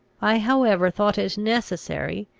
i however thought it necessary,